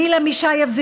מילה מישייב,